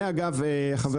זה אגב חבר